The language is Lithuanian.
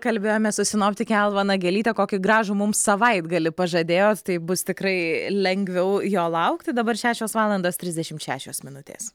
kalbėjome su sinoptike alva nagelyte kokį gražų mums savaitgalį pažadėjo tai bus tikrai lengviau jo laukti dabar šešios valandos trisdešimt šešios minutės